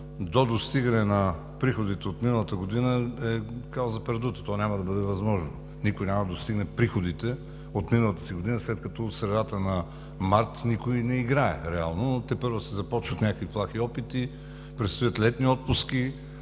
„до достигане на приходите от миналата година“, е кауза пердута, то няма да бъде възможно. Никой няма да достигне приходите от миналата година, след като от средата на март никой не играе реално, но тепърва се започва с някакви плахи опити. Предстоят летни отпуски,